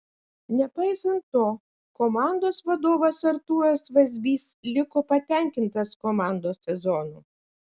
nepaisant to komandos vadovas artūras vazbys liko patenkintas komandos sezonu